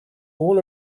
all